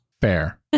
Fair